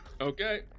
okay